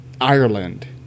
Ireland